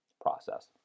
process